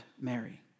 Mary